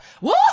Woo